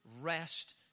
rest